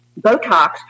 Botox